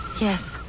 Yes